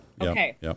Okay